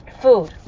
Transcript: Food